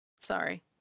Sorry